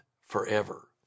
forever